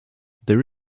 there